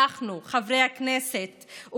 חברי הכנסת,